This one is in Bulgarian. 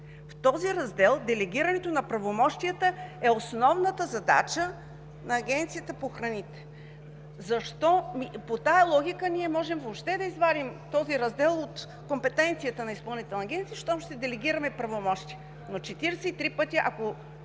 В този раздел делегирането на правомощията е основната задача на Агенцията по храните. По тази логика ние можем въобще да извадим този раздел от компетенцията на Изпълнителната агенция, щом ще делегираме правомощия. Но 43 пъти, ако